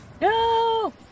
No